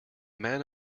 man